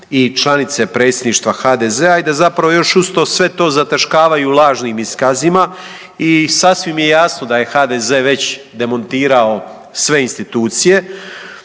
i članice predsjedništva HDZ-a i da zapravo još uz sve to zataškavaju lažnim iskazima. I sasvim je jasno da je HDZ već demontirao sve institucije